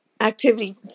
activity